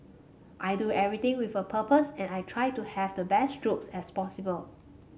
I do everything with a purpose and I try to have the best strokes as possible